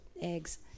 Eggs